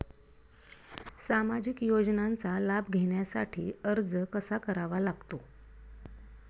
सामाजिक योजनांचा लाभ घेण्यासाठी अर्ज कसा करावा लागतो?